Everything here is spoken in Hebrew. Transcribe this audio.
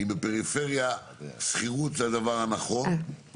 הרפורמה שעשינו לפני בערך שנה וחצי ועד היום,